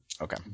Okay